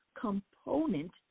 component